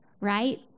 Right